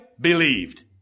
believed